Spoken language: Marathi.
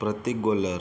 प्रतिक गोल्हर